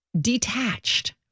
detached